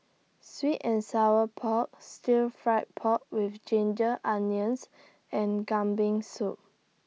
Sweet and Sour Pork Stir Fried Pork with Ginger Onions and Kambing Soup